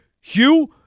Hugh